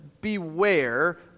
beware